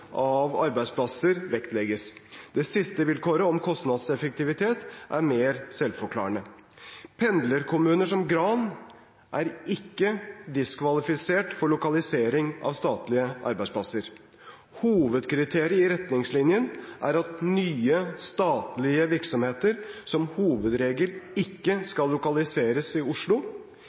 av arbeidsplasser, vektlegges. Det siste vilkåret, om kostnadseffektivitet, er mer selvforklarende. Pendlerkommuner som Gran er ikke diskvalifisert for lokalisering av statlige arbeidsplasser. Hovedkriteriet i retningslinjene er at nye statlige virksomheter som hovedregel ikke skal lokaliseres i Oslo.